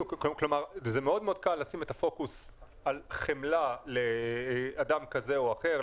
זה מאוד קל לשים את הפוקוס על חמלה לאדם כזה או אחר,